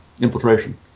infiltration